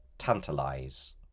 tantalize